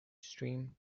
steam